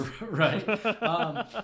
Right